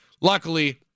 Luckily